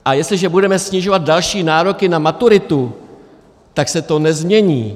A jestliže budeme snižovat další nároky na maturitu, tak se to nezmění.